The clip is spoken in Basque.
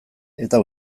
eta